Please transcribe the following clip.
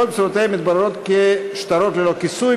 וכל בשורותיה מתבררות כשטרות ללא כיסוי,